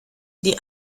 die